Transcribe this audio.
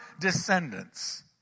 descendants